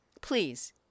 Please